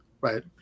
right